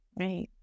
Right